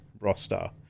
roster